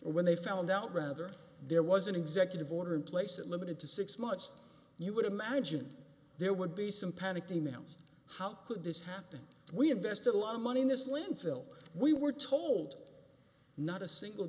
when they found out rather there was an executive order in place that limited to six months you would imagine there would be some panicked emails how could this happen we have vested a lot of money in this landfill we were told not a single